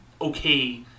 okay